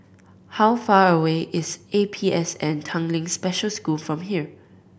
how far away is A P S N Tanglin Special School from here